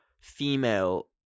female